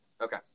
Okay